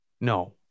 no